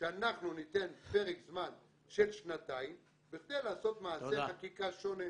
שאנחנו ניתן פרק זמן של שנתיים בכדי לעשות מעשה חקיקה שונה.